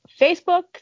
Facebook